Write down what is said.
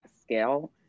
scale